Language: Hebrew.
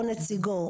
או נציגו,